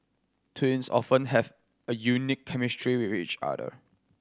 twins often have a unique chemistry with each other